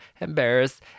embarrassed